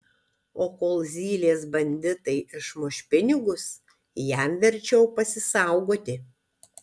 o kol zylės banditai išmuš pinigus jam verčiau pasisaugoti